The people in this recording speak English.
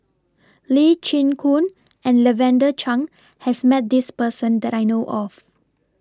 Lee Chin Koon and Lavender Chang has Met This Person that I know of